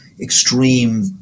extreme